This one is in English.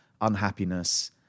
unhappiness